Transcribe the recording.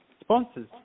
Sponsors